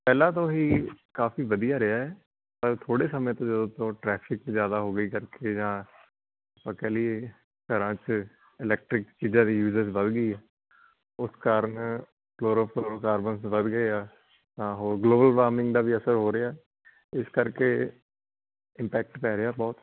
ਪਹਿਲਾਂ ਤੋਂ ਹੀ ਕਾਫ਼ੀ ਵਧੀਆ ਰਿਹਾ ਥੋੜ੍ਹੇ ਸਮੇਂ ਤੋਂ ਜਦੋਂ ਤੋਂ ਟਰੈਫਿਕ ਜ਼ਿਆਦਾ ਹੋ ਗਈ ਕਰਕੇ ਜਾਂ ਆਪਾਂ ਕਹਿ ਲਈਏ ਘਰਾਂ 'ਚ ਇਲੈਕਟਰਿਕ ਚੀਜ਼ਾਂ ਦੀ ਯੂਜਜ ਵਧ ਗਈ ਹੈ ਉਸ ਕਾਰਨ ਕਰੋਲੋਫਲੋਰੋੋਕਾਰਬਨਸ ਵਧ ਗਏ ਹੈ ਤਾਂ ਹੋਰ ਗਲੋਬਲ ਵਾਰਮਿੰਗ ਦਾ ਵੀ ਅਸਰ ਹੋ ਰਿਹਾ ਇਸ ਕਰਕੇ ਇੰਪੈਕਟ ਪੈ ਰਿਹਾ ਬਹੁਤ